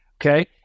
Okay